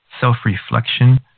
self-reflection